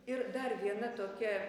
ir dar viena tokia